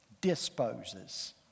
disposes